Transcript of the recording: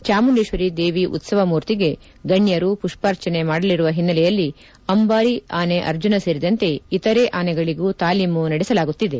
ಚಾಮುಂಡೇಕ್ವರಿ ದೇವಿ ಉತ್ತವ ಮೂರ್ತಿಗೆ ಗಣ್ಣರು ಮಷ್ಪಾರ್ಚನೆ ಮಾಡಲಿರುವ ಹಿನ್ನೆಲೆಯಲ್ಲಿ ಅಂಬಾರಿ ಆನೆ ಅರ್ಜನ ಸೇರಿದಂತೆ ಇತರೆಆನೆಗಳಿಗೂ ತಾಲೀಮು ನಡೆಸಲಾಗುತ್ತಿದೆ